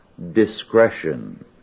discretion